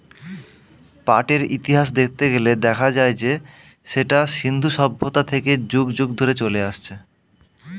পাটের ইতিহাস দেখতে গেলে দেখা যায় যে সেটা সিন্ধু সভ্যতা থেকে যুগ যুগ ধরে চলে আসছে